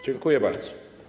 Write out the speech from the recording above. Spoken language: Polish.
Dziękuję bardzo.